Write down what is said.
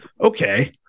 okay